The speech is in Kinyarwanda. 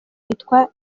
yitwa